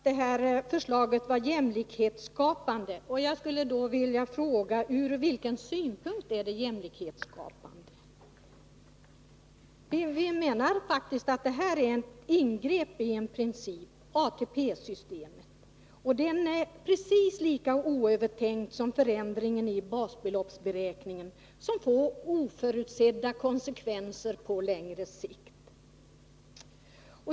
Herr talman! Maj Pehrsson säger att det här förslaget är jämlikhetsskapande. Jag skulle då vilja fråga: Ur vilken synpunkt är det jämlikhetsskapande? Vi menar faktiskt att det här är ett ingrepp i en princip, i ATP-systemet. Det är precis lika oövertänkt som förändringen i basbeloppsberäkningen som får oförutsedda konsekvenser på längre sikt.